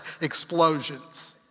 explosions